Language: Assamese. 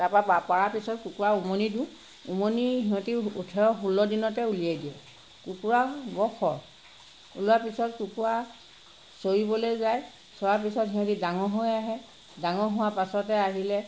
তাৰপৰা পা পৰা পিছত কুকুৰা উমনি দিওঁ উমনি সিহঁতে ওঠৰ ষোল্ল দিনতে উলিয়াই দিয়ে কুকুৰা বৰ খৰ ওলোৱাৰ পাছত কুকুৰা চৰিবলৈ যায় চৰা পিছত সিহঁতে ডাঙৰ হৈ আহে ডাঙৰ হোৱাৰ পাছতে আহিলে